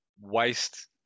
Waste